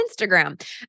Instagram